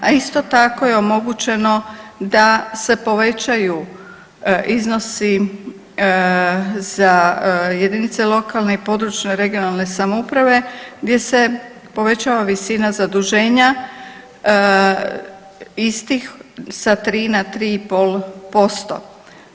A isto tako je omogućeno da se povećaju iznosi za jedinice lokalne i područne regionalne samouprave gdje se povećava visina zaduženja istih sa 3 na 3,5%